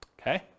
okay